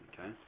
Okay